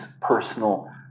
personal